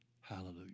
Hallelujah